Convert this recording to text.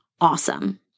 awesome